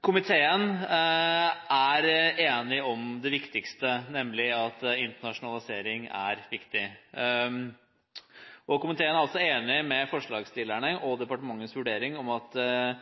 Komiteen er enig om det viktigste, nemlig at internasjonalisering er viktig. Komiteen er også enig med forslagsstillerne og enig i departementets vurdering om at